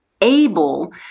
able